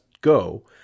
go